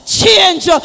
change